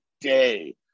day